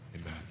Amen